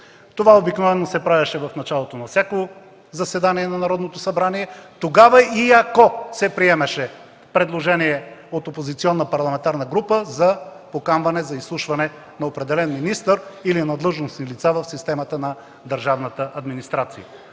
Това обикновено се правеше в началото на всяко заседание на Народното събрание, ако се приемеше предложение от опозиционна парламентарна група за поканване за изслушване на определен министър или на длъжностни лица в системата на държавната администрация.